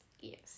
Yes